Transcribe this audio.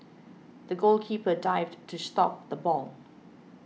the goalkeeper dived to stop the ball